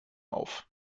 auf